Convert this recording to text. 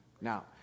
now